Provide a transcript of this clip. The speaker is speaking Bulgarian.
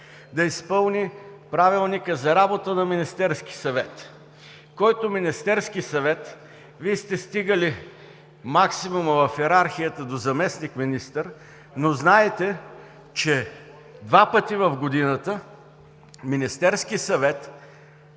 да изпълни Правилника за работа на Министерския съвет? Вие сте стигали максимума в йерархията – до заместник-министър, но знаете, че два пъти в годината Министерският съвет